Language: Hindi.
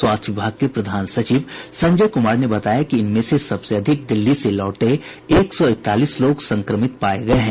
स्वास्थ्य विभाग के प्रधान सचिव संजय कुमार ने बताया कि इनमें से सबसे अधिक दिल्ली से लौटे एक सौ इकतालीस लोग संक्रमित पाये गये हैं